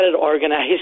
organized